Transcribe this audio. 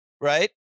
right